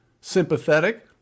sympathetic